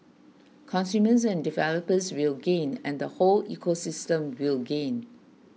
consumers and developers will gain and the whole ecosystem will gain